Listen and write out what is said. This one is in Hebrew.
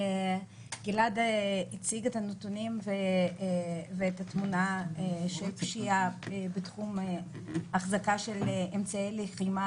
גלעד הציג את הנתונים ואת תמונת הפשיעה בתחום החזקה של אמצעי לחימה